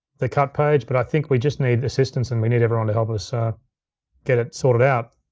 the cut page, but i think we just need assistance, and we need everyone to help us ah get it sorted out.